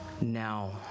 now